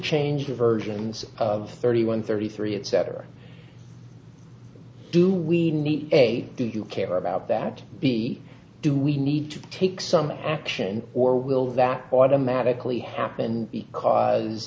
unchanged versions of thirty one thirty three etc do we need a do you care about that to be do we need to take some action or will that automatically happen because